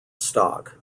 stock